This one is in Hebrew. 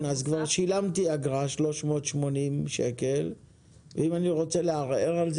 שילמתי אגרה בסך 380 שקלים ואם אני רוצה לערער,